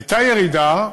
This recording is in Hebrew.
הייתה ירידה,